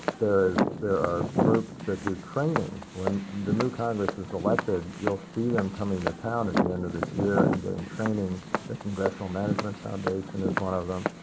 there is there are groups that do training. when the new congress is elected, you'll see them coming to ah town at the end of this year and getting training the congressional management foundation is one of them.